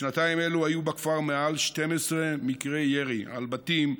בשנתיים אלה היו בכפר יותר מ-12 מקרי ירי על בתים,